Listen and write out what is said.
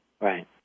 Right